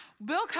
Bill